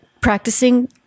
practicing